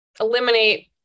eliminate